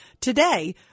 today